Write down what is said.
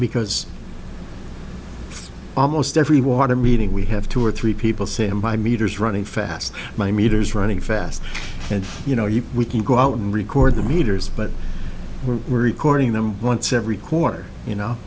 because almost every water meeting we have two or three people say i'm by meters running fast my meter is running fast and you know you we can go out and record the meters but we're recording them once every quarter you know